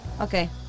Okay